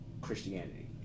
Christianity